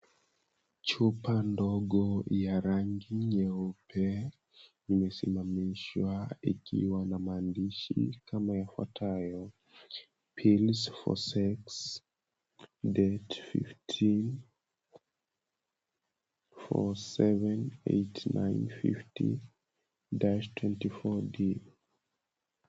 Chupa ndogo ya rangi nyeupe imesimamishwa ikiwa na maandishi kama yafuatayo, Pills for Sex.